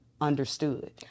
understood